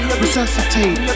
resuscitate